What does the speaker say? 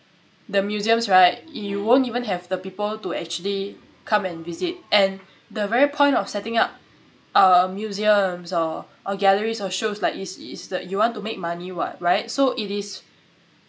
the museums right you won't even have the people to actually come and visit and the very point of setting up uh museums or or galleries or shows like is is that you want to make money what right so it is